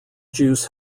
juice